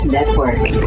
Network